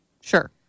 Sure